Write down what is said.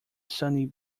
sunny